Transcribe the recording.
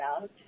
out